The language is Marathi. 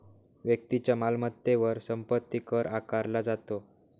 व्यक्तीच्या मालमत्तेवर संपत्ती कर आकारला जातो